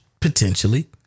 potentially